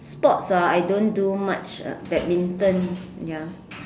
sports ah I don't do much uh badminton ya